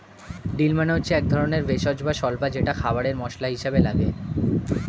deal মানে হচ্ছে একধরনের ভেষজ বা স্বল্পা যেটা খাবারে মসলা হিসেবে লাগে